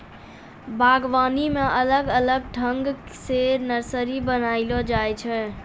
बागवानी मे अलग अलग ठंग से नर्सरी बनाइलो जाय छै